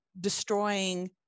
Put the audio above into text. destroying